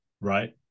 right